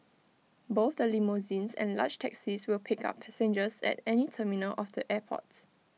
both the limousines and large taxis will pick up passengers at any terminal of the airport